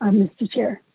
um mr chair,